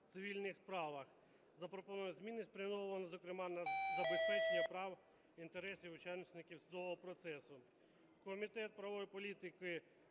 у цивільних справах. Запропоновані зміни, спрямовані, зокрема, на забезпечення прав, інтересів учасників судового процесу. Комітет правової політики